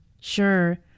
Sure